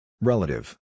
Relative